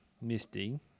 Misty